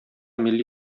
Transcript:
милли